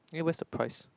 eh where's the price